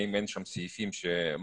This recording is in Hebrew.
האם אין שם סעיפים שמכשילים,